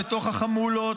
בתוך החמולות,